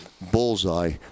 bullseye